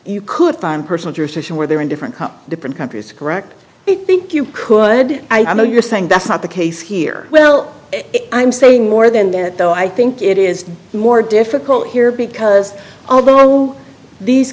you could find personal jurisdiction where they're in different different countries to correct it think you could i know you're saying that's the case here well i'm saying more than that though i think it is more difficult here because although these